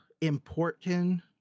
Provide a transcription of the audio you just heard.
important